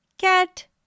cat